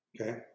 Okay